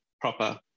proper